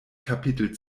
kapitel